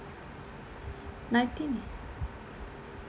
nineteen